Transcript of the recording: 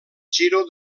giro